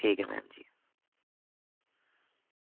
ठीक ऐ मैम जी